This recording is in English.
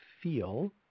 feel –